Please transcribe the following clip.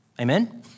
Amen